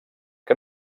que